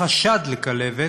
חשד לכלבת,